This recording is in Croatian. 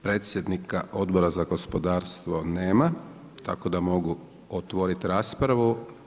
Predsjednika Odbora za gospodarstvo nema tako da mogu otvorit raspravu.